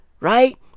right